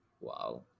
Wow